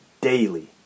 daily